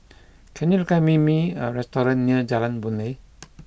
can you recommend me a restaurant near Jalan Boon Lay